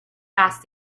asked